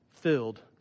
Filled